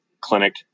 clinic